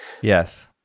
Yes